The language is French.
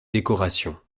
décoration